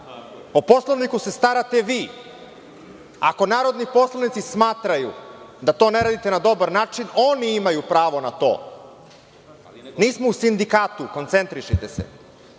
Poslovniku se starate vi. Ako narodni poslanici smatraju da to ne radite na dobar način, oni imaju pravo na to. Nismo u sindikatu, koncentrišite se.